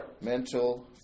Mental